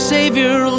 Savior